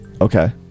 Okay